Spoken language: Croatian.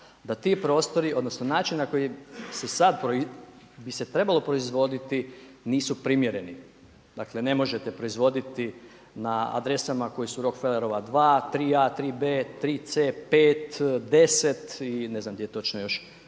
da ti prostori, odnosno način na koji se sada, bi se trebalo proizvoditi nisu primjereni. Dakle ne možete proizvoditi na adresama koji su Rockfellerova 2, 3a, 3b, 3c, 5, 10 i ne zna gdje točno još